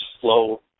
slow